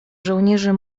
żołnierze